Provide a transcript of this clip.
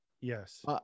yes